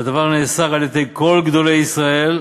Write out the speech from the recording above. והדבר נאסר על-ידי כל גדולי ישראל,